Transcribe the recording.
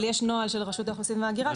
אבל יש נוהל של רשות האוכלוסין וההגירה.